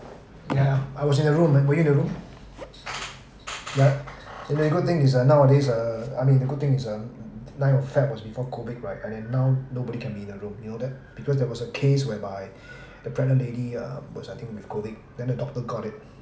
yeah I was in the room man were you in the room right and then good thing is uh nowadays uh I mean the good thing is uh ninth of feb was before COVID right and then now nobody can be in the room you know that because there was a case whereby the pregnant lady uh was I think with COVID then the doctor got it